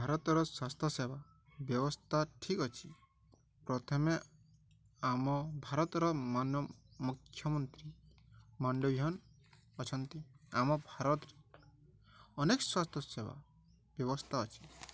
ଭାରତର ସ୍ୱାସ୍ଥ୍ୟ ସେବା ବ୍ୟବସ୍ଥା ଠିକ୍ ଅଛି ପ୍ରଥମେ ଆମ ଭାରତର ମନ୍ୟ ମୁଖ୍ୟମନ୍ତ୍ରୀ ମଣ୍ଡୟନ ଅଛନ୍ତି ଆମ ଭାରତରେ ଅନେକ ସ୍ୱାସ୍ଥ୍ୟ ସେବା ବ୍ୟବସ୍ଥା ଅଛି